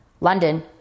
London